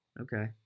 Okay